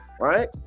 right